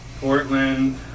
Portland